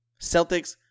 Celtics